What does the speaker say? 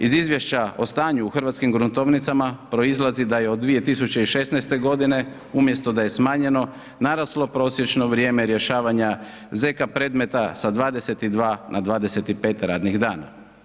Iz izvješća o stanju u hrvatskim gruntovnicama proizlazi da je od 2016.g. umjesto da je smanjeno naraslo prosječno vrijeme rješavanja z.k. predmeta sa 22 na 25 radnih dana.